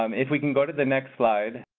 um if we can go to the next slide,